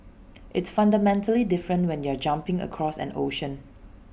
it's fundamentally different when you're jumping across an ocean